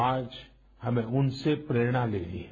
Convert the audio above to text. आज हमें उनसे प्रे रणा लेनी है